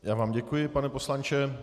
Já vám děkuji, pane poslanče.